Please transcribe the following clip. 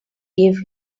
give